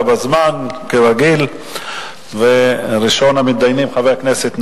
להדגיש, חבר הכנסת מולה,